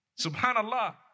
Subhanallah